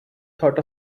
thought